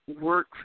work